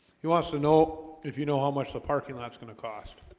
he wants to know if you know how much the parking lots gonna cost